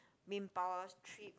main power's tripped